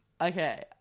Okay